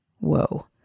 whoa